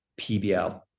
PBL